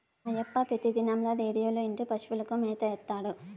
అయ్యప్ప పెతిదినంల రేడియోలో ఇంటూ పశువులకు మేత ఏత్తాడు